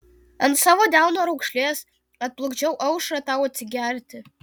ant savo delno raukšlės atplukdžiau aušrą tau atsigerti